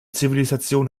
zivilisation